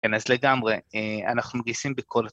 כן, אז לגמרי, אנחנו מגייסים בכל...